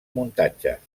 muntatges